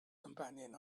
companion